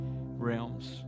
realms